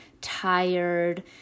tired